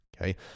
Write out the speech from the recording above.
okay